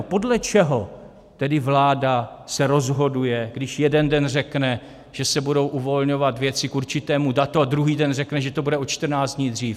Podle čeho se tedy vláda rozhoduje, když jeden den řekne, že se budou uvolňovat věci k určitému datu, a druhý den řekne, že to bude o čtrnáct dní dřív?